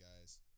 guys